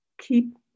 keep